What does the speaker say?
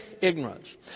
ignorance